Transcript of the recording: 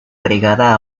brigada